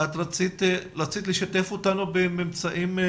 את רצית לשתף אותנו בממצאים?